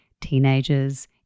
teenagers